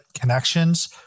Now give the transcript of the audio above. connections